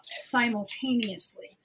simultaneously